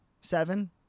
Seven